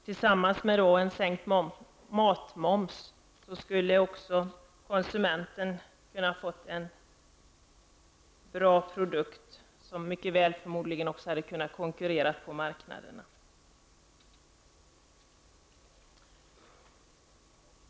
Tillsammans med sänkt matmoms skulle också konsumenterna på det sättet ha kunnat få en bra produkt, som förmodligen mycket väl hade kunnat konkurrera på marknaderna.